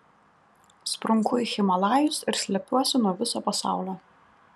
sprunku į himalajus ir slepiuosi nuo viso pasaulio